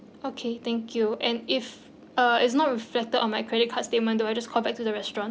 okay thank you and if uh it's not reflected on my credit card statement do I just call back to the restaurant